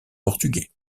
portugais